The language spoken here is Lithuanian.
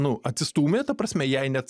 nu atsistūmė ta prasme jai net